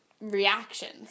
reactions